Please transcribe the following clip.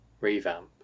revamp